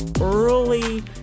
early